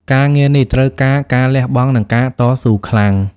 ការងារនេះត្រូវការការលះបង់និងការតស៊ូខ្លាំង។